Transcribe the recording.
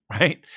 Right